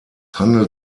handelt